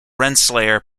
rensselaer